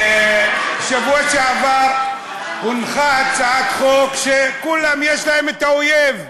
בשבוע שעבר הונחה הצעת חוק שכולם, יש להם האויב,